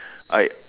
I